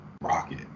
Rocket